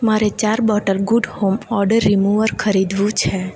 મારે ચાર bottle good home odour remover ખરીદવું છે